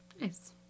nice